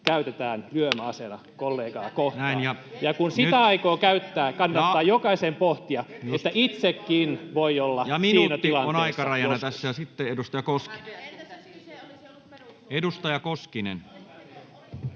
Puhemies huomauttaa ajasta] Ja kun sitä aikoo käyttää, kannattaa jokaisen pohtia, että itsekin voi olla siinä tilanteessa joskus. Ja minuutti on aikarajana tässä. — Sitten edustaja Koskinen. [Sanna Antikainen: